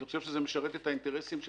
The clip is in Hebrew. אני חושב שזה משרת את האינטרסים של